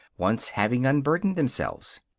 once having unburdened themselves.